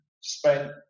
spent